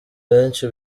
benshi